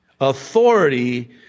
authority